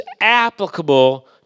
applicable